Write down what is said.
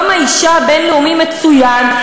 יום האישה הבין-לאומי מצוין,